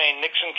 Nixon